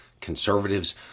Conservatives